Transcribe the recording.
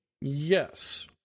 Yes